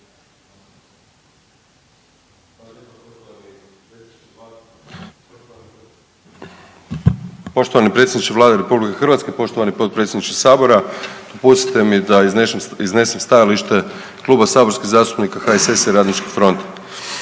Poštovani predsjedniče Vlade RH, poštovani potpredsjedniče sabora, dopustite mi da iznesem stajalište Kluba saborskih zastupnika HSS-a i RF-a.